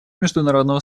международного